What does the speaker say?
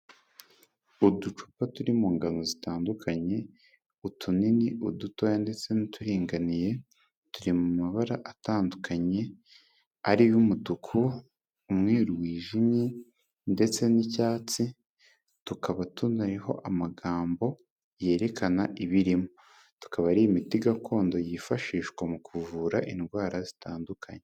Uducupa turi mu ngano zitandukanye utunini, udutoya, ndetse n'uturinganiye, turi mu mabara atandukanye ariyo umutuku, umweru wijimye, ndetse n'icyatsi, tukaba tunariho amagambo yerekana ibirimo. Tukaba ari imiti gakondo yifashishwa mu kuvura indwara zitandukanye.